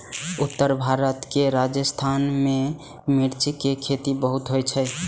उत्तर भारत के राजस्थान मे मिर्च के खेती बहुत होइ छै